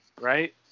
right